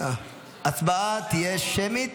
ההצבעה תהיה שמית,